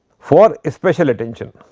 for special attention.